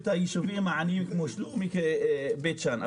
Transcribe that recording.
את היישובים העניים כמו שלומי ובית שאן,